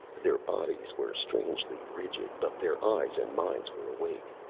their bodies were strangely rigid, but their eyes and minds were awake.